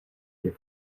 jak